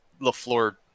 LaFleur